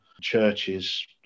churches